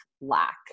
lack